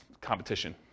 competition